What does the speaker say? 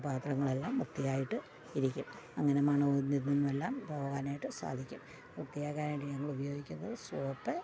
ആ പാത്രങ്ങളെല്ലാം വൃത്തിയായിട്ട് ഇരിക്കും അങ്ങനെ മണവും ഇതുമെല്ലാം പോകാനായിട്ട് സാധിക്കും വൃത്തിയാക്കാനായിട്ട് ഞങ്ങളുപയോഗിക്കുന്നത് സോപ്പ്